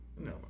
No